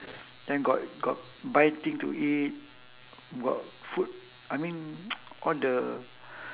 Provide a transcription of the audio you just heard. then got got buy thing to eat got food I mean all the